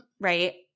Right